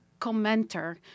commenter